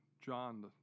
John